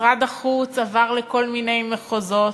משרד החוץ עבר לכל מיני מחוזות,